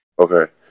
Okay